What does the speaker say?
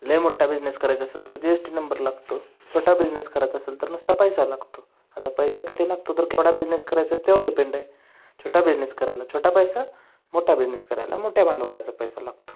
लई मोठा बिझनेस करायचा असेल तर जी एस टी नंबर लागतो छोटा बिझनेस करायचा असेल तर नुसता पैसा लागतो आता पैसा किती लागतो तर केवढा बिझनेस करायचा आहे त्यावर डिपेंड आहे छोटा बिझनेस करायला छोटा पैसा मोठा बिझनेस करायला मोठ्या भांडवलाचा पैसा लागतो